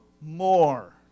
more